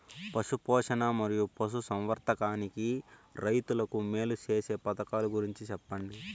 పశు పోషణ మరియు పశు సంవర్థకానికి రైతుకు మేలు సేసే పథకాలు గురించి చెప్పండి?